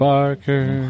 Barker